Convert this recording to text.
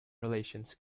relations